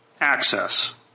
access